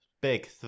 Big